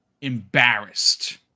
embarrassed